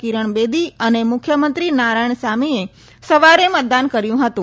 કિરણ બેદી અને મુખ્યમંત્રી નારાયણસામીએ સવારે મતદાન કર્યું હતું